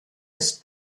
ist